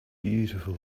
beautiful